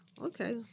Okay